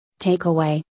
Takeaway